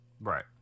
Right